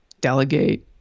delegate